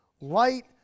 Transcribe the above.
light